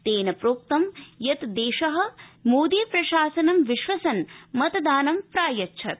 तेन प्रोक्तं यत् देश मोदीप्रशासनं विश्वसन् मतदानं प्रायच्छत्